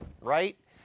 right